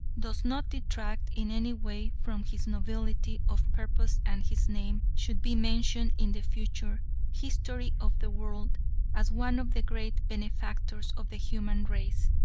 does not detract in any way from his nobility of purpose and his name should be mentioned in the future history of the world as one of the great benefactors of the human race.